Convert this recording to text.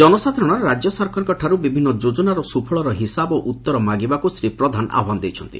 ଜନସାଧାରଣ ରାଜ୍ୟ ସରକାରଙ୍କଠାରୁ ବିଭିନୁ ଯୋଜନାର ସୁଫଳର ହିସାବ ଓ ଉତ୍ତର ମାଗିବାକୁ ଶ୍ରୀ ପ୍ରଧାନ ଆହ୍ୱାନ ଦେଇଛନ୍ତି